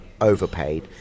overpaid